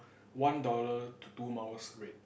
one dollar to two miles rate